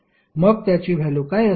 मग त्याची व्हॅल्यु काय असेल